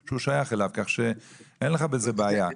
שהוא שייך אליו, כך שאין לך בזה בעיה.